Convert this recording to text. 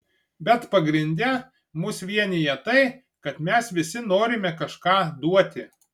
bet pagrinde mus vienija tai kad mes visi norime kažką duoti